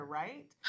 right